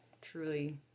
truly